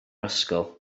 ysgol